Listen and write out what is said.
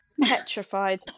petrified